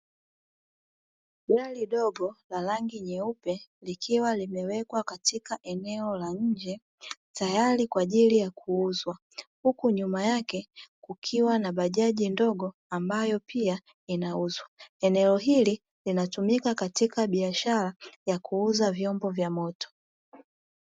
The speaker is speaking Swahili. Gari dogo la rangi nyeupe likiwa limewekwa katika eneo la nje kwaajili ya kuuzwa, huku nyuma yake kukiwa na bajaji ndogo ambayo pia inauzwa. Eneo hili linatumika katika biashara ya kuuza vyombo vya moto.